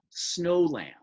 Snowland